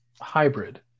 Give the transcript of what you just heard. hybrid